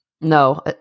No